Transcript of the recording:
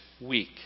Week